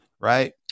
right